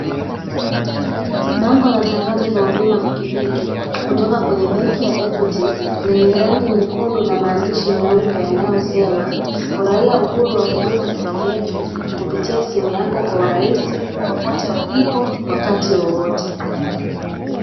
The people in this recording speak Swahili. Bango la tangazo la huduma za kibenki kutoka kwenye benki ya "equity" lenye rangi nyekundu na maandishi meupe yanayosema; "furahia uhuru wa huduma za kibenki kupitia simu yako kwa urahisi popote ulipo wakati wowote".